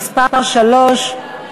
(מס' 3)